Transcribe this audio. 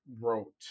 wrote